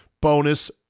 bonus